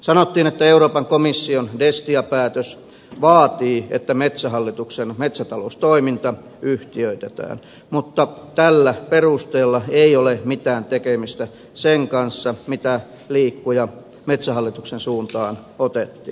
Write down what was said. sanottiin että euroopan komission destia päätös vaatii että metsähallituksen metsätaloustoiminta yhtiöitetään mutta tällä perusteella ei ole mitään tekemistä sen kanssa mitä liikkuja metsähallituksen suuntaan otettiin